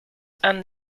and